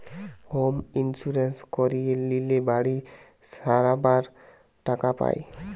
home insurance করিয়ে লিলে বাড়ি সারাবার টাকা পায়